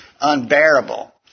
unbearable